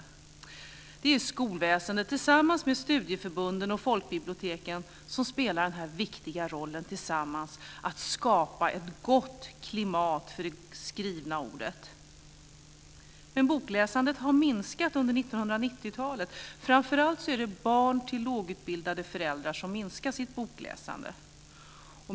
Det är skolväsendet tillsammans med studieförbunden och folkbiblioteken som tillsammans spelar denna viktiga roll för att skapa ett gott klimat för det skrivna ordet. Men bokläsandet har minskat under 1990-talet. Det är framför allt barn till lågutbildade som har minskat sitt bokläsande.